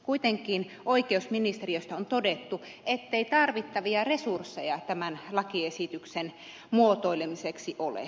kuitenkin oikeusministeriöstä on todettu ettei tarvittavia resursseja tämän lakiesityksen muotoilemiseksi ole